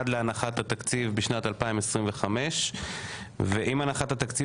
עד להנחת התקציב בשנת 2025. ועם הנחת התקציב